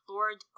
Lord